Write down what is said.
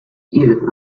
even